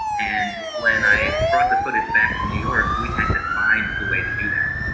and when i brought the footage back to new york, we had to find the way to do that.